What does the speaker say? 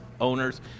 owners